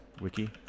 wiki